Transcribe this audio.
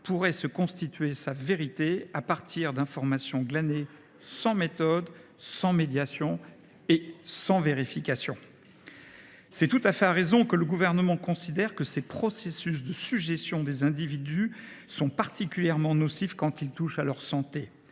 pourrait se constituer sa vérité à partir d’informations glanées sans méthode, sans médiation et sans vérification. À raison, le Gouvernement considère que ces processus de sujétion des individus sont particulièrement nocifs quand ils touchent à leur santé.